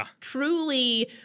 truly